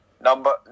Number